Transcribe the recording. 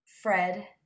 Fred